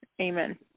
Amen